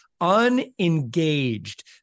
Unengaged